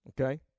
okay